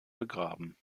begraben